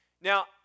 now